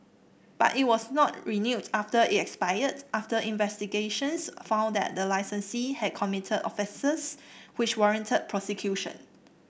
but it was not renewed after it expired after investigations found that the licensee had committed offences which warranted prosecution